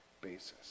basis